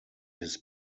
his